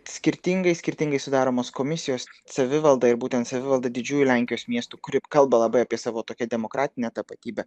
skirtingai skirtingai sudaromos komisijos savivalda ir būtent savivalda didžiųjų lenkijos miestų kurių kalba labai apie savo tokią demokratinę tapatybę